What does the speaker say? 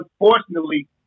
Unfortunately